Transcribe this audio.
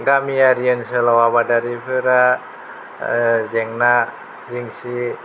गामियारि ओनसोलाव आबादारिफोरा जेंना जेंसि